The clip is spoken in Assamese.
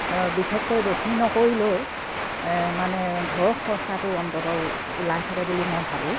বিশেষকৈ বেছি নকৰিলেও মানে ঘৰৰ খৰচাটো অন্ততঃ ওলাই থাকে বুলি মই ভাবোঁ